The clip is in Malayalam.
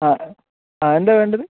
ആ ആ എന്താണ് വേണ്ടത്